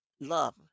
love